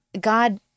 God